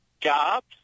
Jobs